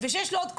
ושיש לו עוד קומה.